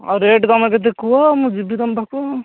ଆଉ ରେଟ ତୁମେ କେତେ କୁହ ମୁଁ ଯିବି ତୁମ ପାଖକୁ